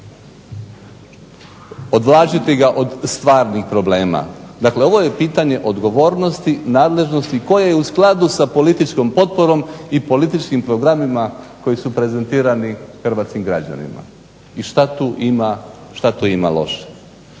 odvlačiti ga od stvarnih problema. Dakle ovo je pitanje odgovornosti nadležnosti koje je u skladu sa političkom potporom i političkim programima koji su prezentirani hrvatskim građanima. I što tu ima loše.